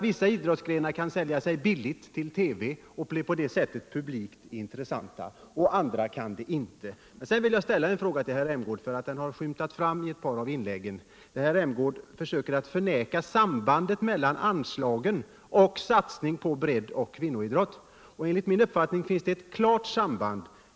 Vissa idrottsgrenar kan sälja sig billigt till TV och blir på det sättet publikt intressanta, andra kan inte göra det. Herr Rämgård försöker förneka sambandet mellan anslagen och satsningen på breddoch kvinnoidrotten. Enligt min uppfattning finns det här ett klart samband.